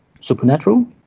supernatural